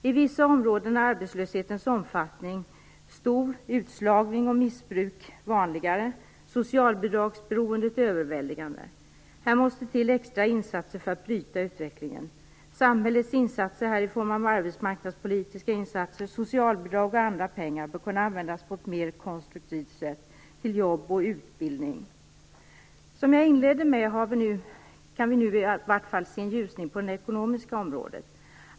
I vissa områden är arbetslöshetens omfattning stor, utslagning och missbruk vanligare och socialbidragsberoendet överväldigande. Här måste det till extra insatser för att bryta utvecklingen. Samhällets insatser i form av arbetsmarknadspolitiska insatser, socialbidrag och andra pengar bör kunna användas på ett mer konstruktivt sätt till jobb och utbildning. Som jag inledde med, kan vi nu se en ljusning på det ekonomiska området.